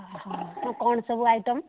କ'ଣ ସବୁ ଆଇଟମ୍